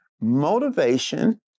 Motivation